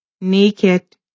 naked